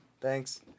Thanks